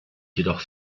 jedoch